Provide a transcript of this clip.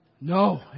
No